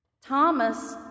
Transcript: Thomas